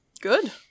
Good